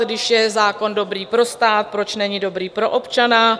Když je zákon dobrý pro stát, proč není dobrý pro občana?